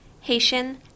Haitian